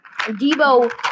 Debo